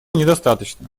недостаточно